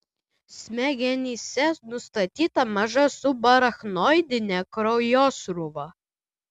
smegenyse nustatyta maža subarachnoidinė kraujosruva